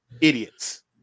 idiots